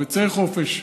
ביצי חופש,